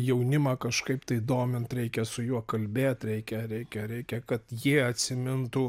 jaunimą kažkaip tai domint reikia su juo kalbėt reikia reikia reikia kad jie atsimintų